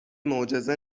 معجزه